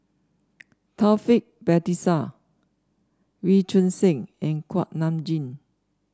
Taufik Batisah Wee Choon Seng and Kuak Nam Jin